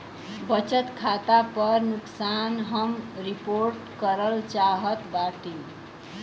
बचत खाता पर नुकसान हम रिपोर्ट करल चाहत बाटी